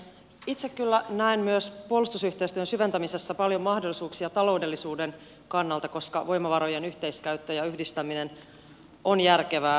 itse kyllä näen puolustusyhteistyön syventämisessä myös paljon mahdollisuuksia taloudellisuuden kannalta koska voimavarojen yhteiskäyttö ja yhdistäminen on järkevää